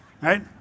Right